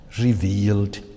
revealed